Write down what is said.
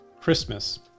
Christmas